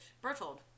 Berthold